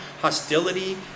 hostility